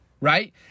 right